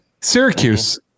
Syracuse